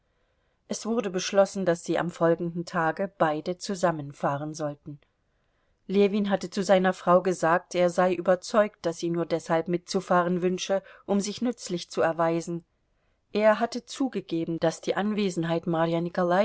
es wurde beschlossen daß sie am folgenden tage beide zusammen fahren sollten ljewin hatte zu seiner frau gesagt er sei überzeugt daß sie nur deshalb mitzufahren wünsche um sich nützlich zu erweisen er hatte zugegeben daß die anwesenheit marja